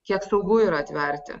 kiek saugu yra atverti